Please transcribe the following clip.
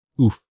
Oof